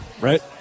right